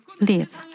live